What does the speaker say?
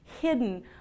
hidden